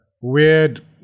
weird